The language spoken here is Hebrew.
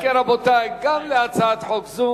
רבותי, גם להצעת חוק זו